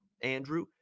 Andrew